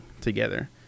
together